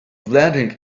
blending